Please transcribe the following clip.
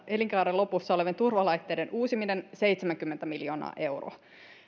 elinkaaren lopussa olevien turvalaitteiden uusimiseen seitsemänkymmentä miljoonaa euroa